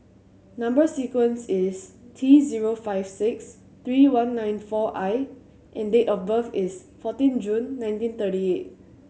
number sequence is T zero five six three one nine four I and date of birth is fourteen June nineteen thirty eight